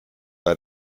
bei